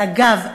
ואגב,